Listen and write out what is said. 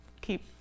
keep